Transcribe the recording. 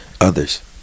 others